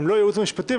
הם לא הייעוץ המשפטי,